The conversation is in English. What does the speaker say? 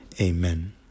Amen